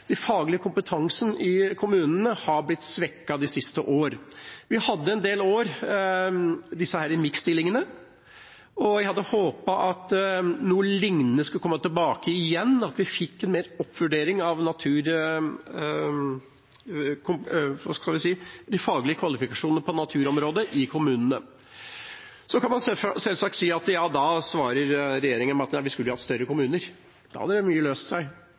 faglige kompetansen i kommunene har blitt svekket de siste år. Vi hadde en del år disse MIK-stillingene, og jeg hadde håpet at noe liknende skulle komme tilbake igjen, at vi fikk en oppvurdering av de faglige kvalifikasjonene på naturområdet i kommunene. Så kan man selvsagt si at da svarer regjeringa at vi skulle hatt større kommuner, da hadde mye løst seg.